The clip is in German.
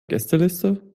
gästeliste